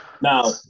Now